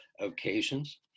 occasions